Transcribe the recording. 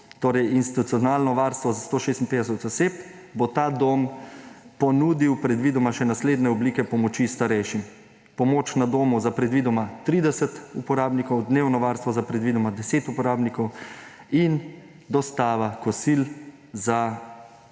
torej institucionalno varstvo za 156 oseb, ponudil predvidoma še naslednje oblike pomoči starejšim: pomoč na domu za predvidoma 30 uporabnikov, dnevno varstvo za predvidoma 10 uporabnikov in dostava kosil za